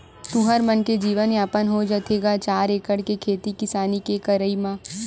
तुँहर मन के जीवन यापन हो जाथे गा चार एकड़ के खेती किसानी के करई म?